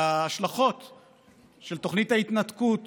וההשלכות של תוכנית ההתנתקות